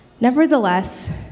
Nevertheless